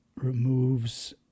Removes